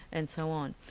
and so on.